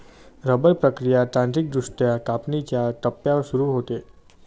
rubber प्रक्रिया तांत्रिकदृष्ट्या कापणीच्या टप्प्यावर सुरू होते